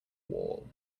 wall